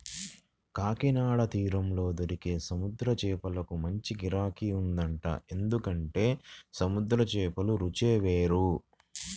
కాకినాడ తీరంలో దొరికే సముద్రం చేపలకు మంచి గిరాకీ ఉంటదంట, ఎందుకంటే సముద్రం చేపల రుచే వేరు